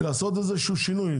לעשות איזה שהוא שינוי.